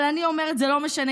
אבל אני אומרת שזה לא משנה,